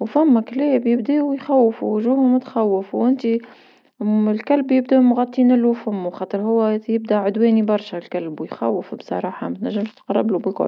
وثما كلاب يبدؤ يخوفو وجوهم تخوف وانت من الكلب يبداو مغطينلو فمو خطر هوا يبدأ عدواني برشا الكلب ويخوف بصراحة ما تنجمش تقربلو بكل.